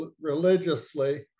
religiously